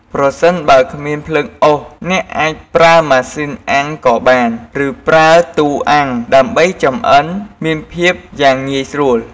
ប្រសិនបើគ្មានភ្លើងអុស អ្នកអាចប្រើម៉ាស៊ីនអាំងក៏បាន ឬប្រើទូអាំង ដើម្បីចម្អិនមានភាពយ៉ាងងាយស្រួល។